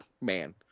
man